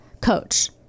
coach